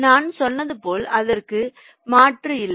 நான் சொன்னது போல் அதற்கு மாற்று இல்லை